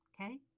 Okay